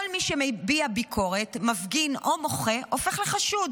כל מי שמביע ביקורת, מפגין או מוחה, הופך לחשוד.